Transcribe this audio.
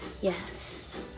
Yes